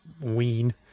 ween